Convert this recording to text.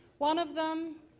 one of them